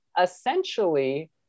Essentially